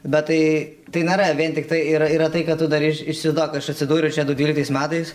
bet tai tai nėra vien tiktai yra tai kad tu dar iš išsiduok aš atsidūriau čia du dvyliktais metais